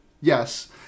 Yes